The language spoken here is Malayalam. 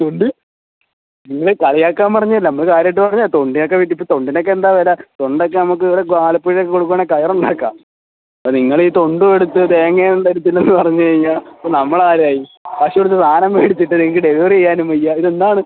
തൊണ്ട് നിങ്ങളെ കളിയാക്കാൻ പറഞ്ഞത് അല്ല നമ്മൾ കാര്യം ആയിട്ട് പറഞ്ഞതാണ് തൊണ്ടിന് ഒക്കെ വലിയ ഇപ്പോൾ തൊണ്ടിന് ഒക്കെ എന്താണ് വില തൊണ്ട് ഒക്കെ നമുക്ക് ഇവിടെ ആലപ്പുഴ കൊടുക്കുകയാണെങ്കിൽ കയർ ഉണ്ടാക്കാം ആ നിങ്ങൾ ഈ തൊണ്ടും എടുത്ത് തേങ്ങയും തരത്തില്ലെന്ന് പറഞ്ഞ് കഴിഞ്ഞാൽ ഇപ്പോൾ നമ്മൾ ആരായി കാശ് കൊടുത്ത് സാധനം മേടിച്ചിട്ട് നിങ്ങൾക്ക് ഡെലിവറി ചെയ്യാനും വയ്യ ഇത് എന്താണ്